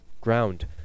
ground